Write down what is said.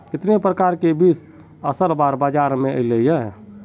कितने प्रकार के बीज असल बार बाजार में ऐले है?